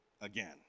again